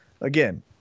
Again